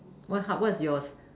what hard what's yours